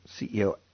CEO